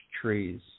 trees